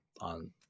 on